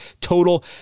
total